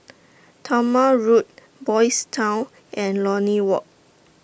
Talma Road Boys' Town and Lornie Walk